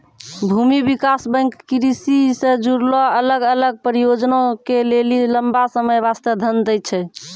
भूमि विकास बैंक कृषि से जुड़लो अलग अलग परियोजना के लेली लंबा समय बास्ते धन दै छै